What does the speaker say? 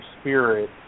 spirit